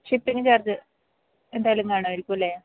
shipping charge എന്തായാലും വേണമായിരിക്കുമല്ലെ